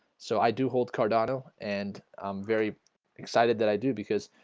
so i do hold card on. oh, and i'm very excited that i do because